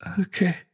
Okay